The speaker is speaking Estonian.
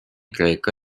kreeka